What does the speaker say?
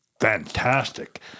fantastic